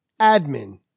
admin